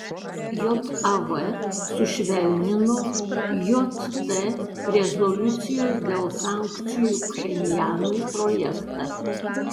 jav sušvelnino jt rezoliucijos dėl sankcijų pchenjanui projektą